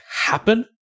happen